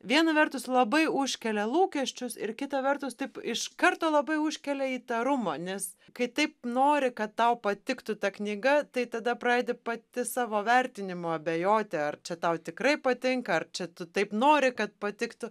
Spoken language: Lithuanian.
viena vertus labai užkelia lūkesčius ir kita vertus taip iš karto labai užkelia įtarumo nes kai taip nori kad tau patiktų ta knyga tai tada pradedi pati savo vertinimu abejoti ar čia tau tikrai patinka čia tu taip nori kad patiktų